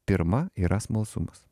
pirma yra smalsumas